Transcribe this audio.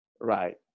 right